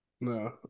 no